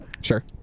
Sure